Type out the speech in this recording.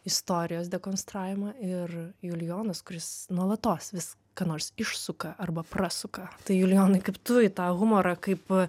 istorijos dekonstravimą ir julijonas kuris nuolatos vis ką nors išsuka arba prasuka tai julijonai kaip tu į tą humorą kaip